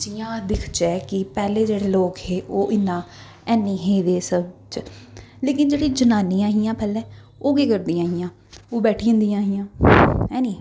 जि'यां दिखचै कि पैह्लें जेह्ड़े लोक हे ओह् इन्ना हैन्नी हे एह्दे सबं च लेकिन जेह्ड़ियां जनानियां हियां पैह्ले ओह् केह् करदियां हियां ओह् बैठी जंदियां हियां है नी